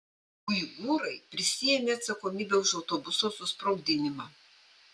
uigūrai prisiėmė atsakomybę už autobuso susprogdinimą